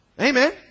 Amen